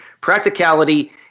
Practicality